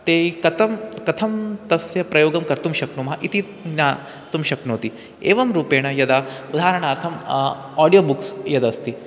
ते कथं कथं तस्य प्रयोगं कर्तुं शक्नुमः इति ज्ञातुं शक्नोति एवं रूपेण यदा उदाहरणार्थम् आडियो बुक्स् यदस्ति